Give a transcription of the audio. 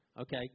okay